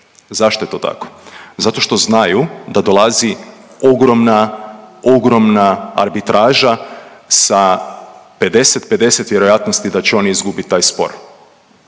Zašto je to tako? Zato što znaju da dolazi ogromna, ogromna arbitraža sa 50-50 vjerojatnosti da će oni izgubit taj spor.